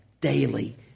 daily